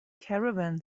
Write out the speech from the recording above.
caravan